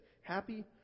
happy